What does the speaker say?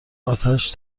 آتش